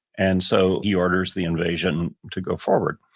and so he orders the invasion to go forward.